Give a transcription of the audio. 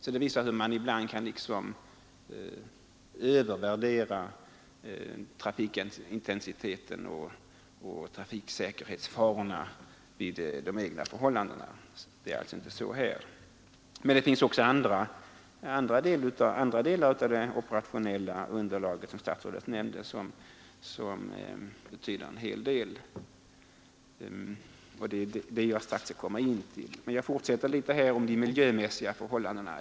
Detta visar hur man ibland kan övervärdera trafikintensiteten och trafiksäkerhetsfarorna när det gäller de egna förhållandena. Det är alltså inte sådan trängsel här. Men andra delar av det operationella underlaget som statsrådet nämnde betyder också en hel del, och detta skall jag strax komma in på. Men jag fortsätter ytterligare något med de miljömässiga förhållandena.